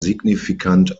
signifikant